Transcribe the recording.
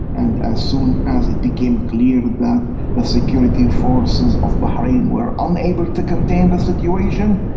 and as soon as it became clear that the security forces of bahrain were unable to contain the situation,